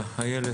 איילת.